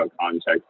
context